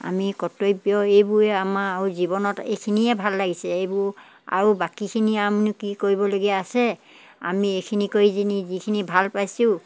আমি কৰ্তব্য এইবোৰে আমাৰ আৰু জীৱনত এইখিনিয়ে ভাল লাগিছে এইবোৰ আৰু বাকীখিনি আমিনো কি কৰিবলগীয়া আছে আমি এইখিনি কৰি যিনে যিখিনি ভাল পাইছোঁ